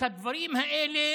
את הדברים האלה